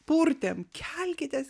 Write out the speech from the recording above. purtėm kelkitės